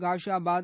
Ghaziabad